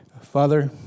Father